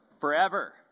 Forever